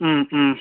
ம் ஹும்